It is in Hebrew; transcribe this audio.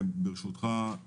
ברשותך,